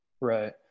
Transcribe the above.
Right